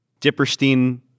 Dipperstein